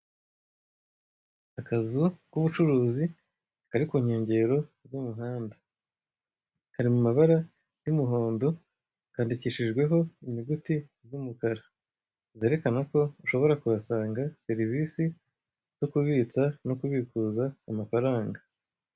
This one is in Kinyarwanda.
Akazu k'ubucuruzi kari ku nkengero z'umuhanda. Kari mu mabara y'umuhondo kandikishijweho inyuguti z'umukara zerekana ko ushobora kuhasanga serivisi zo kubitsa no kubikuza amafaranga.